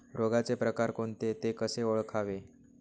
रोगाचे प्रकार कोणते? ते कसे ओळखावे?